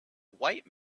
white